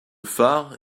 phare